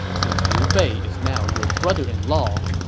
since liu bei is now your brother-in-law,